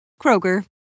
Kroger